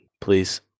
please